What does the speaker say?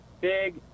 big